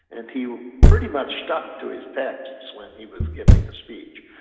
and he pretty much stuck to his texts when he was giving a speech.